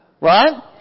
Right